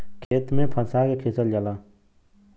खेत में फंसा के खिंचल जाला